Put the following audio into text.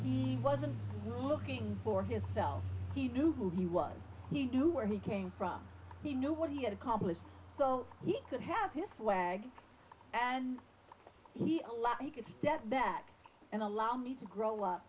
it wasn't looking for his self he knew who he was he knew where he came from he knew what he had accomplished so he could have his flag and he a lot he could step back and allow me to grow up